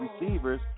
receivers